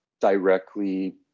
directly